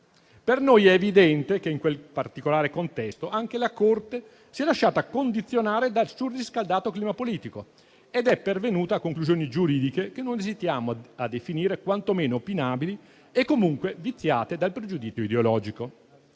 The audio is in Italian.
Per noi è evidente che in quel particolare contesto anche la Corte si è lasciata condizionare dal surriscaldato clima politico ed è pervenuta a conclusioni giuridiche che non esitiamo a definire quantomeno opinabili e comunque viziate dal pregiudizio ideologico.